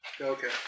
Okay